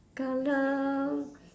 colour